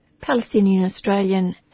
Palestinian-Australian